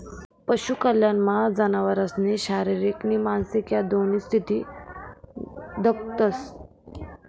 पशु कल्याणमा जनावरसनी शारीरिक नी मानसिक ह्या दोन्ही स्थिती दखतंस